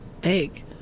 big